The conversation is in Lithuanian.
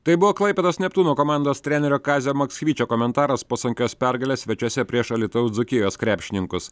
tai buvo klaipėdos neptūno komandos trenerio kazio maksvyčio komentaras po sunkios pergalės svečiuose prieš alytaus dzūkijos krepšininkus